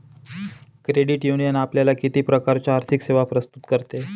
Credit union आपल्याला किती प्रकारच्या आर्थिक सेवा प्रस्तुत करते?